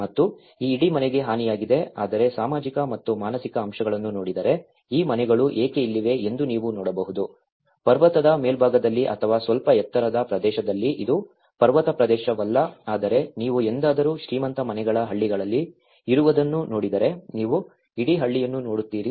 ಮತ್ತು ಈ ಇಡೀ ಮನೆಗೆ ಹಾನಿಯಾಗಿದೆ ಆದರೆ ಸಾಮಾಜಿಕ ಮತ್ತು ಮಾನಸಿಕ ಅಂಶಗಳನ್ನು ನೋಡಿದರೆ ಈ ಮನೆಗಳು ಏಕೆ ಇಲ್ಲಿವೆ ಎಂದು ನೀವು ನೋಡಬಹುದು ಪರ್ವತದ ಮೇಲ್ಭಾಗದಲ್ಲಿ ಅಥವಾ ಸ್ವಲ್ಪ ಎತ್ತರದ ಪ್ರದೇಶದಲ್ಲಿ ಇದು ಪರ್ವತ ಪ್ರದೇಶವಲ್ಲ ಆದರೆ ನೀವು ಎಂದಾದರೂ ಶ್ರೀಮಂತ ಮನೆಗಳ ಹಳ್ಳಿಗಳಲ್ಲಿ ಇರುವುದನ್ನು ನೋಡಿದರೆ ನೀವು ಇಡೀ ಹಳ್ಳಿಯನ್ನು ನೋಡುತ್ತೀರಿ